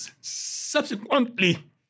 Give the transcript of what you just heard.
subsequently